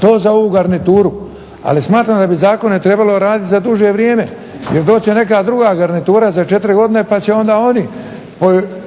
to za ovu garnituru, ali smatram da bi trebalo zakone raditi za duže vrijeme. Jer doći će neka druga garnitura za 4 godine pa će oni